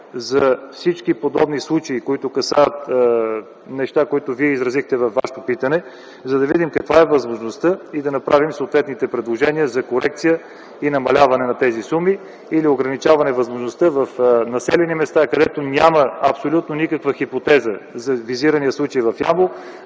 за всички подобни случаи, касаещи нещата, които изразихте във Вашето питане, за да видим каква е възможността и да направим съответните предложения за корекция и намаляване на тези суми или ограничаване на възможността в населени места, където няма абсолютно никаква хипотеза за визирания случай в Ямбол,